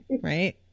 right